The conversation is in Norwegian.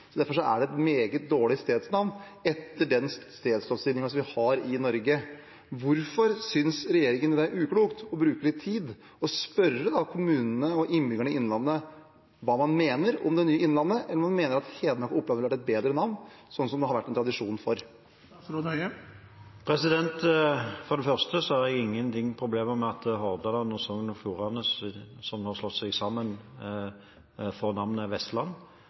Derfor er det et meget dårlig stedsnavn etter den stedsnavnlovgivingen som vi har i Norge. Hvorfor synes regjeringen det er uklokt å bruke litt tid på å spørre kommunene og innbyggerne i innlandet hva man mener om det nye «Innlandet», om man mener at Hedmark og Oppland ville vært et bedre navn, sånn som det har vært en tradisjon for? For det første har jeg ikke noe problem med at Hordaland og Sogn og Fjordane, som har slått seg sammen, får navnet